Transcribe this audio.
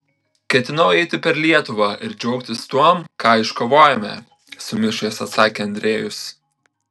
ketinau eiti per lietuvą ir džiaugtis tuom ką iškovojome sumišęs atsakė andriejus